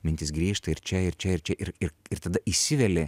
mintys grįžta ir čia ir čia ir čia ir ir ir tada įsiveli